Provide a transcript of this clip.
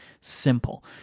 simple